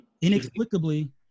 inexplicably